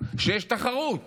ויש תחרות